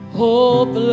hope